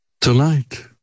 Tonight